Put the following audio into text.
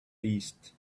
east